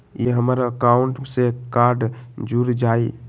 ई हमर अकाउंट से कार्ड जुर जाई?